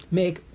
make